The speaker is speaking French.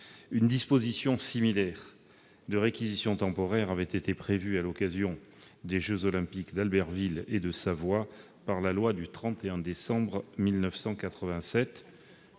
Une disposition similaire de réquisition temporaire avait été prévue à l'occasion des jeux Olympiques d'Albertville et de Savoie par la loi du 31 décembre 1987.